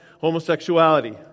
homosexuality